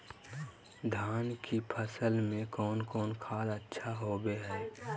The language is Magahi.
धान की फ़सल में कौन कौन खाद अच्छा होबो हाय?